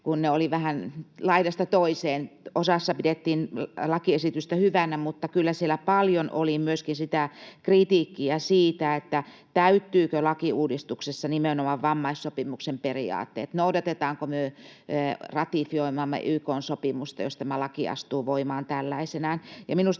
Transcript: kun ne olivat vähän laidasta toiseen. Osassa pidettiin lakiesitystä hyvänä, mutta kyllä siellä paljon oli myöskin kritiikkiä siitä, täyttyvätkö lakiuudistuksessa nimenomaan vammaissopimuksen periaatteet, noudatetaanko me ratifioimaamme YK:n sopimusta, jos tämä laki astuu voimaan tällaisenaan. Ja minusta